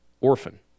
orphan